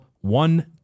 One